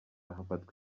hafatwa